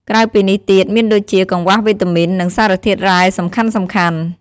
ក្រៅពីនេះទៀតមានដូចជា កង្វះវីតាមីន និងសារធាតុរ៉ែសំខាន់ៗ ។